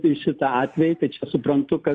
į šitą atvejį tai čia suprantu kad